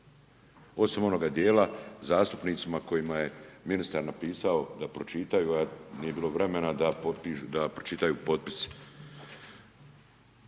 Osim onoga djela zastupnicima kojima je ministar napisao da pročitaju a nije bilo vremena da pročitaju potpis.